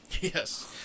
Yes